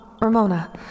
Ramona